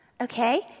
Okay